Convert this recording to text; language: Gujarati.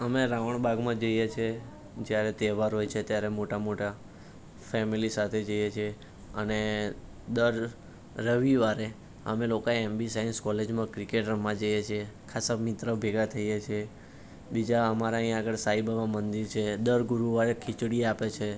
અમે રાવણ બાગમાં જઈએ છે જ્યારે તહેવાર હોય છે ત્યારે મોટા મોટા ફેમિલી સાથે જઈએ છે અને દર રવિવારે અમે લોકો એમબી સાયન્સ કોલેજમાં ક્રિકેટ રમવા જઈએ છીએ ખાસ મિત્ર ભેગા થઈએ છીએ બીજા અમારા અહીં આગળ સાંઈબાબા મંદિર છે દર ગુરૂવારે ખીચડી આપે છે